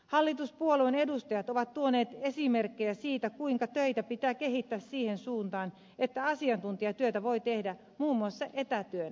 hallituspuolueen edustajat ovat tuoneet esimerkkejä siitä kuinka töitä pitää kehittää siihen suuntaan että asiantuntijatyötä voi tehdä muun muassa etätyönä